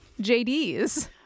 JDs